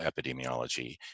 epidemiology